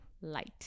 light